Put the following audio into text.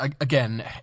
again